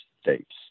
states